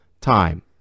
time